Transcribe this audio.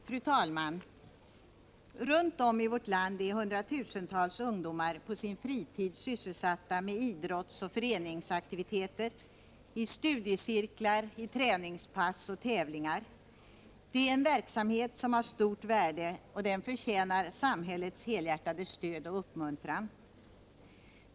Fru talman! Runt om i vårt land är hundratusentals ungdomar på sin fritid sysselsatta med idrottseller föreningsaktiviteter — i studiecirklar, träningspass och tävlingar. Det är en verksamhet som har stort värde, och den förtjänar samhällets helhjärtade stöd och uppmuntran.